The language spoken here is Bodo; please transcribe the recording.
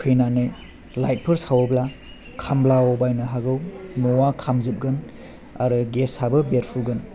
फैनानै लाइटफोर सावयोब्ला खामब्लावबायनो हागौ न'वा खामजोबगोन आरो गेसाबो बेरफुगोन